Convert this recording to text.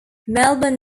melbourne